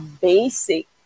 basic